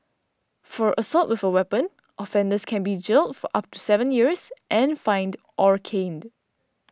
for assault with a weapon offenders can be jailed for up to seven years and fined or caned